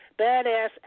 badass